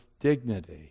dignity